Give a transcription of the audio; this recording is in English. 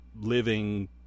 living